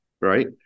right